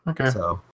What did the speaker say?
Okay